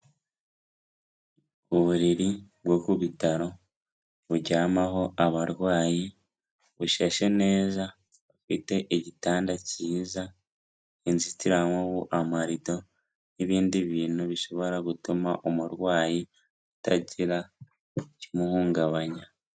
Uburiri bwo ku bitaro, buryamaho abarwayi, bushashe neza, bufite igitanda kiza, inzitiramubu, amarido n'ibindi bintu bishobora gutuma umurwayi atagira ikimuhungabanya.